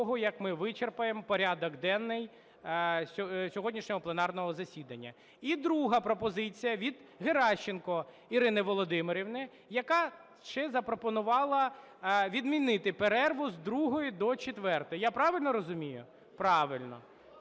як ми вичерпаємо порядок денний сьогоднішнього пленарного засідання; і друга пропозиція від Геращенко Ірини Володимирівни, яка ще запропонувала відмінити перерву з 2-ї до 4-ї. Я правильно розумію? Правильно.